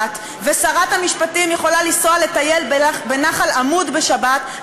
ושרת המשפטים יכולה לנסוע לטייל בנחל-עמוד בשבת,